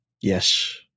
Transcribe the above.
Yes